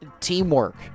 teamwork